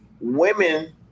Women